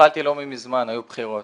התחלתי לא מזמן, היו בחירות.